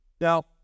Now